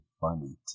funny